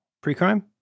Pre-crime